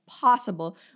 possible